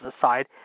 aside